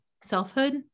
selfhood